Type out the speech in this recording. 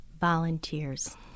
Volunteers